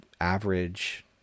average